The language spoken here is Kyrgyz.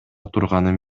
турганын